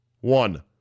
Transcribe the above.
One